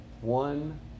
one